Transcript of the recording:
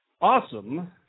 awesome